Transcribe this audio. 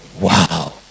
wow